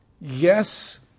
Yes